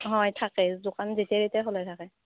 হয় থাকে দোকান যেতিয়াই তেতিয়াই খোলা থাকে